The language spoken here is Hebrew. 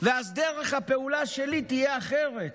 ואז דרך הפעולה שלי תהיה אחרת.